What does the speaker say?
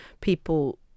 people